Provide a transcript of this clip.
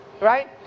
right